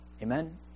Amen